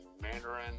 Mandarin